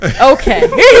Okay